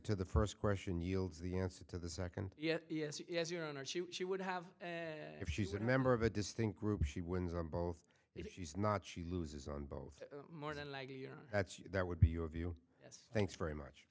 to the first question yields the answer to the second yes yes yes your honor she she would have if she's a member of a distinct group she wins on both if she's not she loses on both more than likely you know that's that would be your view yes thanks very much